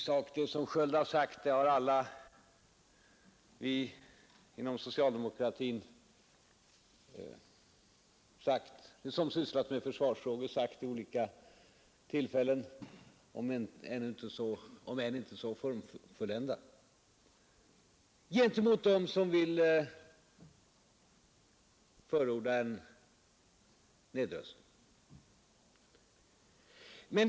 Vad Per Edvin Sköld har sagt har vi alla inom socialdemokratin som sysslar med försvarsfrågor i sak anfört vid olika tillfällen, om än inte så formfulländat, gentemot dem som vill förorda en avrustning.